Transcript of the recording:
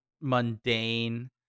mundane